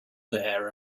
there